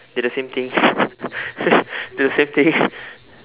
they're the same thing they're same thing